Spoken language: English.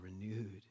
renewed